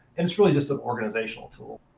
and it's really just an organizational tool,